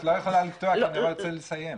את לא יכולה לקטוע כי אני רוצה לסיים.